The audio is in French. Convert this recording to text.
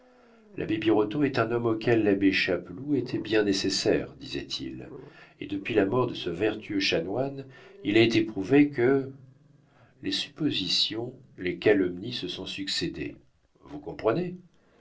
l'abbé birotteau est un homme auquel l'abbé chapeloud était bien nécessaire disait-il et depuis la mort de ce vertueux chanoine il a été prouvé que les suppositions les calomnies se sont succédé vous comprenez